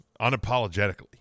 unapologetically